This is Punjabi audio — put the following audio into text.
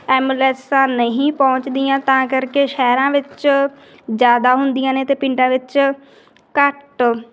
ਅੰਬੁਲੈਂਸਾ ਨਹੀਂ ਪਹੁੰਚਦੀਆਂ ਤਾਂ ਕਰਕੇ ਸ਼ਹਿਰਾਂ ਵਿੱਚ ਜ਼ਿਆਦਾ ਹੁੰਦੀਆਂ ਨੇ ਅਤੇ ਪਿੰਡਾਂ ਵਿੱਚ ਘੱਟ